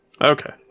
Okay